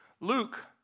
Luke